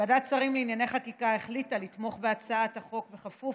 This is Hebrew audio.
ועדת שרים לענייני חקיקה החליטה לתמוך בהצעת החוק כפוף